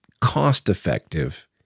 cost-effective